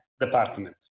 Department